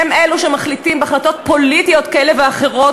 והם שמחליטים בהחלטות פוליטיות כאלה ואחרות